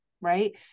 Right